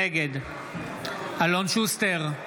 נגד אלון שוסטר,